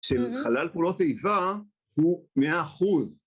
של חלל פעולות איבה הוא מאה אחוז.